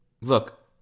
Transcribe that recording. Look